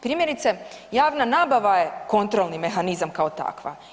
Primjerice javna nabava je kontrolni mehanizam kao takva.